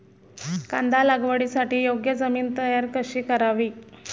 कांदा लागवडीसाठी योग्य जमीन तयार कशी करावी?